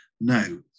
no